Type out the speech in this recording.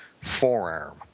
forearm